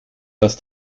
das